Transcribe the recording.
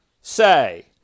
say